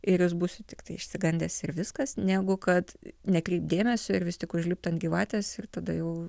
ir jūs būsit tiktai išsigandęs ir viskas negu kad nekreipt dėmesio ir vis tik užlipt ant gyvatės ir tada jau